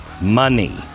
Money